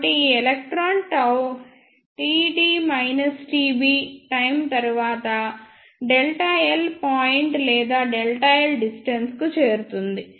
కాబట్టిఈ electron td tb time తరువాత Δ L point లేదా Δ L డిస్టెన్స్ కు చేరుతుంది